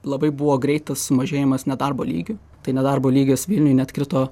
labai buvo greitas mažėjimas nedarbo lygio tai nedarbo lygis vilniuj net krito